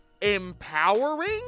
empowering